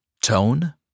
tone